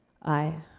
aye.